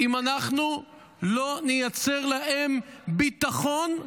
אם אנחנו לא נייצר להם ביטחון.